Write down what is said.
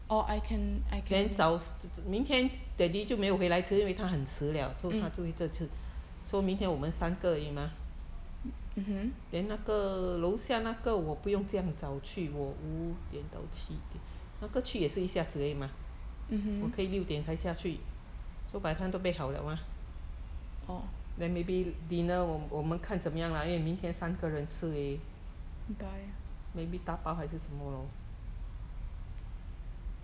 or I can I can mm mmhmm mmhmm orh buy